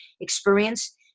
experience